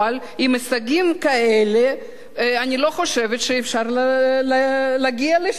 עם הישגים כאלה אני לא חושבת שאפשר להגיע לשוק,